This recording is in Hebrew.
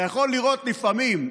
אתה יכול לראות לפעמים,